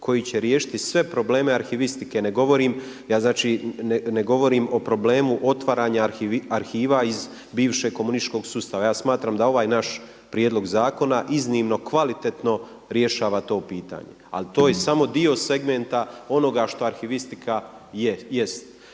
koji će riješiti sve probleme arhivistike. Ne govorim, ja znači ne govorim o problemu otvaranja arhiva iz bivšeg komunističkog sustava. Ja smatram da ovaj naš prijedlog zakona iznimno kvalitetno rješava to pitanje. Ali to je samo dio segmenta onoga šta arhivistika jest.